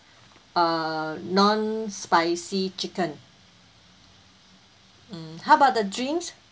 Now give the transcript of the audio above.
err non spicy chicken um how about the drinks